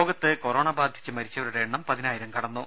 ലോകത്ത് കൊറോണ ബാധിച്ച് മരിച്ചവരുടെ എണ്ണം പതിനായിരം കടന്നു